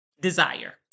desire